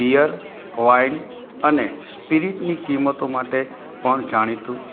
beer wine અને સ્પિરિટની કિંમતો માટે પણ જાણીતું